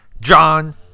John